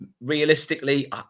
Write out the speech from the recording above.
Realistically